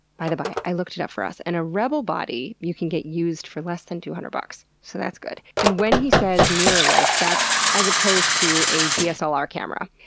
by the by, i looked it up for us, and a rebel body you can get used for less than two hundred dollars, so that's good. and when he says mirrorless, that's as opposed to a dslr camera.